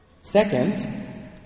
Second